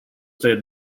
state